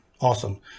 Awesome